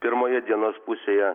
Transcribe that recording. pirmoje dienos pusėje